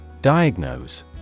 Diagnose